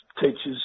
teachers